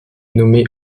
nommée